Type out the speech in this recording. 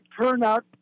turnout